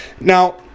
Now